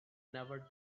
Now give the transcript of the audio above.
never